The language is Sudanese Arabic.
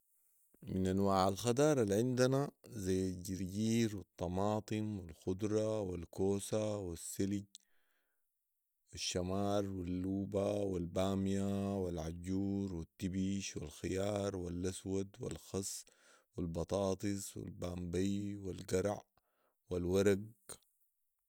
من انواع الخدار العندنا ذي الجرجير و الطماطم و الخدره و الكوسه والسلج و الشمار و اللوبا و الباميه و العجور و التبش و الخيار الاسود و الخس و البطاطس و البامبي و القرع والورق